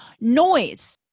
noise